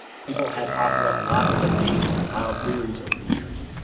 people had offered up lots of names and wild theories over the years.